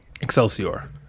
Excelsior